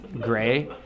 gray